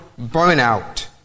Burnout